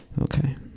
Okay